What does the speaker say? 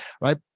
right